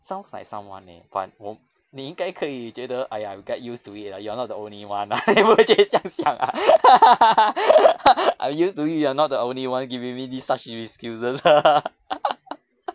sounds like someone eh but 我你应该可以觉得 !aiya! will get used to it lah you are not the only one 你有没有这样讲啊 ah I'm used to it you are not the only one giving me this such excuses